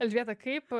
elžbieta kaip